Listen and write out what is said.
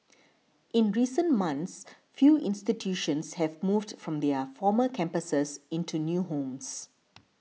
in recent months few institutions have moved from their former campuses into new homes